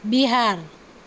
Bihar